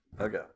Okay